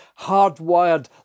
hardwired